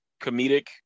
comedic